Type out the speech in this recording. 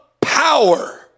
power